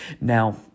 Now